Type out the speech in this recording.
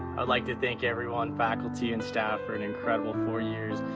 i'd like to thank everyone, faculty and staff, for an incredible four years,